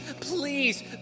please